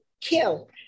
kill